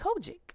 Kojic